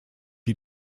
die